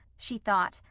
she thought,